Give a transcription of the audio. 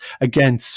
Again